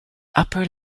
upper